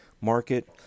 market